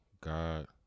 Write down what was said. God